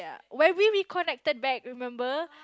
where we we connected back remember